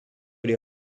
les